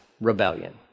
rebellion